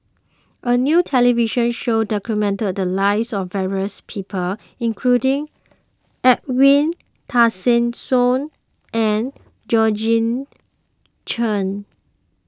a new television show documented the lives of various people including Edwin Tessensohn and Georgette Chen